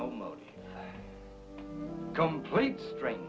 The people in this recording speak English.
almost complete stranger